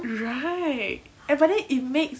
right eh but then it makes